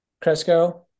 Cresco